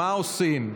מה עושים?